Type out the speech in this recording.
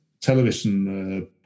television